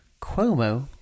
Cuomo